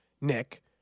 Nick